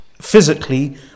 physically